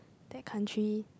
that country